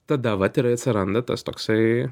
tada vat ir atsiranda tas toksai